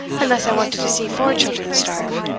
unless i wanted to see four children starve,